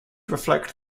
reflect